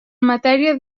matèria